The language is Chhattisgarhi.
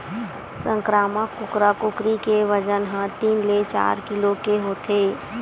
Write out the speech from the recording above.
संकरामक कुकरा कुकरी के बजन ह तीन ले चार किलो के होथे